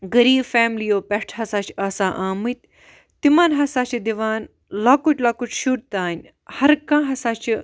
غریب فیملِیو پٮ۪ٹھہٕ ہَسا چھِ آسان آمٕتۍ تِمَن ہَسا چھِ دِوان لَکُٹ لَکُٹ شُر تانۍ ہَر کانٛہہ ہَسا چھِ